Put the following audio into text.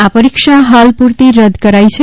આ પરીક્ષા હાલ પુરતી રદ કરાઈ છે